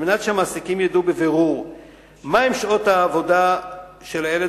על מנת שהמעסיקים ידעו בבירור מהן שעות העבודה של הילד